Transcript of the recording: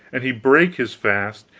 and he brake his fast,